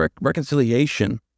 reconciliation